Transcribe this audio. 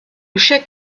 cheik